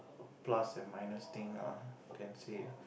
plus and minus thing ah can say